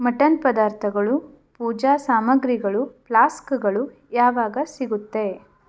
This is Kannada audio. ಮಟನ್ ಪದಾರ್ಥಗಳು ಪೂಜಾ ಸಾಮಾಗ್ರಿಗಳು ಪ್ಲಾಸ್ಕ್ಗಳು ಯಾವಾಗ ಸಿಗುತ್ತೆ